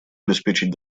обеспечить